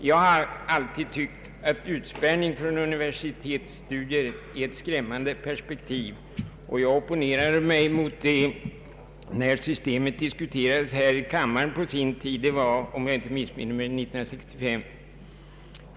Jag har alltid tyckt att utspärrning från universitetsstudier är ett skrämmande perspektiv, och jag opponerade mig däremot när systemet diskuterades här i kammaren på sin tid — det var 1965, om jag inte missminner mig.